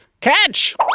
Catch